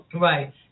Right